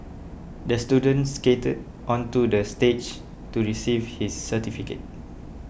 the student skated onto the stage to receive his certificate